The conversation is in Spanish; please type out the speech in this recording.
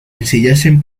ensillasen